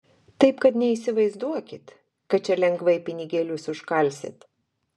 taip kad neįsivaizduokit kad čia lengvai pinigėlius užkalsit